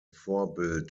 vorbild